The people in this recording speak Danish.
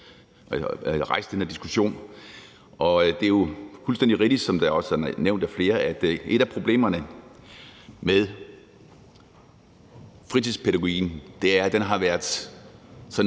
rejst den her diskussion. Det er jo fuldstændig rigtigt, som det også er nævnt af flere, at et af problemerne med fritidspædagogikken er, at den har været sådan